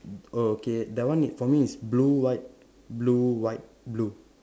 oh okay that one for me is blue white blue white blue